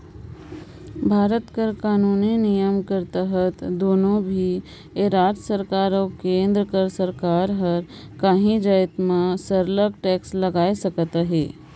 भारत कर कानूनी नियम कर तहत कोनो भी राएज सरकार अउ केन्द्र कर सरकार हर काहीं जाएत में सरलग टेक्स लगाए सकत अहे